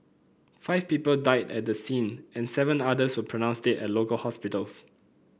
five people died at the scene and seven others were pronounced dead at local hospitals